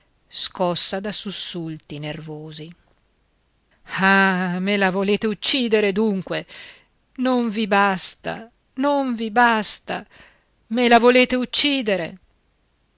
scossa da sussulti nervosi ah me la volete uccidere dunque non vi basta non vi basta me la volete uccidere